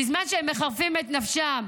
בזמן שהם מחרפים את נפשם